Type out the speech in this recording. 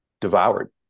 devoured